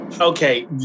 Okay